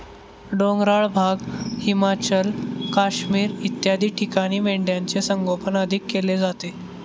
डोंगराळ भाग, हिमाचल, काश्मीर इत्यादी ठिकाणी मेंढ्यांचे संगोपन अधिक केले जाते